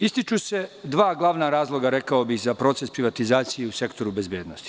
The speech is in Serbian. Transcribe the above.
Ističu se dva glavna razloga, rekao bih, za proces privatizacije u sektoru bezbednosti.